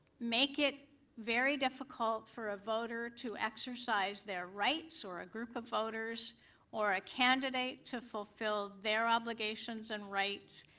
make it very difficult for a voter to exercise their rights or a group of voters or a candidate to fulfill their obligations and rights,